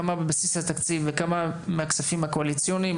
כמה בבסיס התקציב וכמה מהכספים הקואליציוניים.